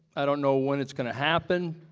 i don't know when it's going to happen,